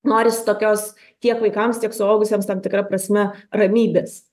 norisi tokios tiek vaikams tiek suaugusiems tam tikra prasme ramybės